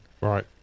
Right